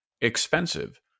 expensive